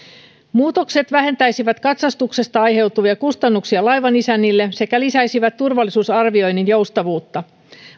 muutokset vähentäisivät katsastuksesta aiheutuvia kustannuksia laivanisännille sekä lisäisivät turvallisuusarvioinnin joustavuutta